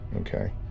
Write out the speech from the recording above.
Okay